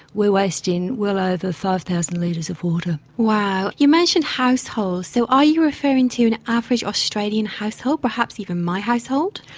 we're wasting well over five thousand litres of water. wow. you mentioned households. so are you referring to an average australian household, perhaps even my household?